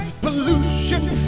pollution